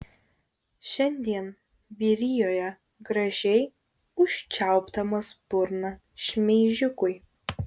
šiandien vyrijoje gražiai užčiaupdamas burną šmeižikui